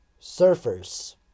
Surfers